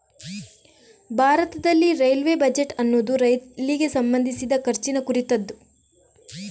ಭಾರತದಲ್ಲಿ railway budget ಅನ್ನುದು ರೈಲಿಗೆ ಸಂಬಂಧಿಸಿದ ಖರ್ಚಿನ ಕುರಿತದ್ದು